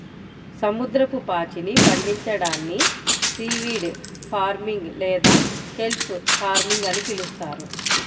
సముద్రపు పాచిని పండించడాన్ని సీవీడ్ ఫార్మింగ్ లేదా కెల్ప్ ఫార్మింగ్ అని పిలుస్తారు